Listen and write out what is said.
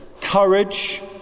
courage